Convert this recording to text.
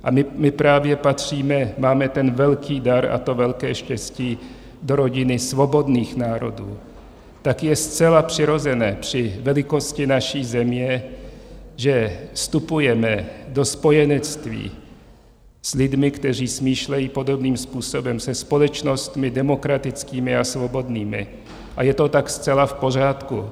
A my právě patříme, máme ten velký dar a to velké štěstí, do rodiny svobodných národů, tak je zcela přirozené při velikosti naší země, že vstupujeme do spojenectví s lidmi, kteří smýšlejí podobným způsobem, se společnostmi demokratickými a svobodnými, a je to tak zcela v pořádku.